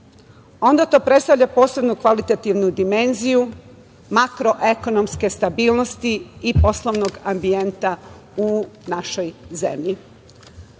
onda to predstavlja posebno kvalitativnu dimenziju, makroekonomske stabilnosti i poslovnog ambijenta u našoj zemlji. Uvaženi